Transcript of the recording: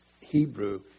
Hebrew